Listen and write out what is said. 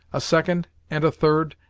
a second, and a third,